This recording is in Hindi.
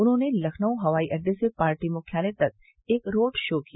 उन्होंने लखनऊ हवाई अड्डे से पार्टी मुख्यालय तक एक रोड शो किया